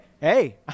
Hey